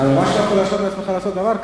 אתה ממש לא יכול להרשות לעצמך לעשות דבר כזה.